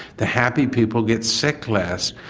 the happy people get sick less,